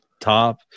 top